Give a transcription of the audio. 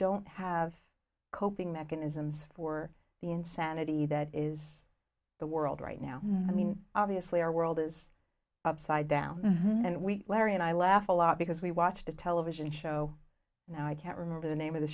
don't have coping mechanisms for the insanity that is the world right now i mean obviously our world is upside down and we larry and i laugh a lot because we watched a television show and i can't remember the name of the